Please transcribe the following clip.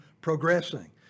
progressing